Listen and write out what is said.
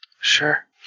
sure